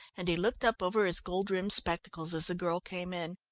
and he looked up over his gold-rimmed spectacles as the girl came in.